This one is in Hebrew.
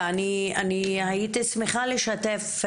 ואני הייתי שמחה לשתף,